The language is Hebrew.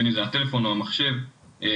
בין אם זה הטלפון או המחשב ללימודים,